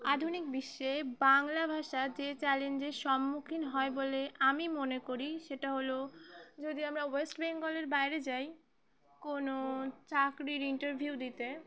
আধুনিক বিশ্বে বাংলা ভাষা যে চ্যালেঞ্জের সম্মুখীন হয় বলে আমি মনে করি সেটা হলো যদি আমরা ওয়েস্ট বেঙ্গলের বাইরে যাই কোনো চাকরির ইন্টারভিউ দিতে